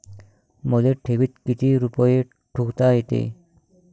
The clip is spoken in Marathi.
मले ठेवीत किती रुपये ठुता येते?